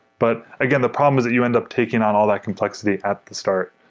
but again, the problems that you end up taking on all that complexity at the start,